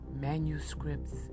manuscripts